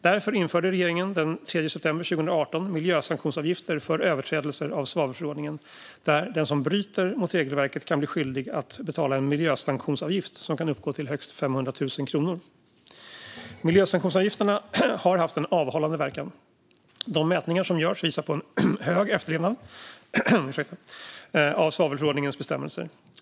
Därför införde regeringen den 3 september 2018 miljösanktionsavgifter för överträdelser av svavelförordningen, där den som bryter mot regelverket kan bli skyldig att betala en miljösanktionsavgift som kan uppgå till högst 500 000 kronor. Miljösanktionsavgifterna har haft en avhållande verkan. De mätningar som görs visar på en hög efterlevnad av svavelförordningens bestämmelser.